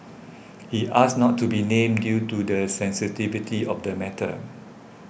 he asked not to be named due to the sensitivity of the matter